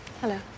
Hello